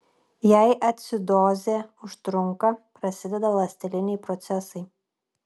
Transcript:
jei acidozė užtrunka prasideda ląsteliniai procesai